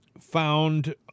found